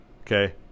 Okay